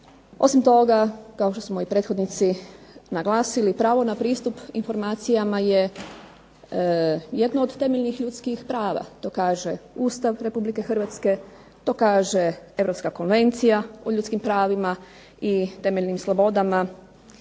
Osim toga kao što su i moji prethodnici naglasili pravo na pristup informacijama je jedno od temeljnih ljudskih prava. To kaže Ustav Republike Hrvatske, to kaže Europska konvencija o ljudskim pravima i temeljnim slobodama,